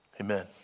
Amen